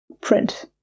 print